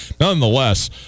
Nonetheless